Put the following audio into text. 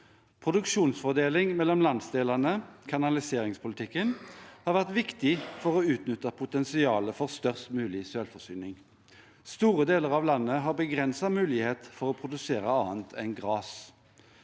Produksjonsfordeling mellom landsdelene, kanaliseringspolitikken, har vært viktig for å utnytte potensialet for størst mulig selvforsyning. Store deler av landet har begrenset mulighet for å produsere annet enn gress.